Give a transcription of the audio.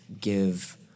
give